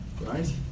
Right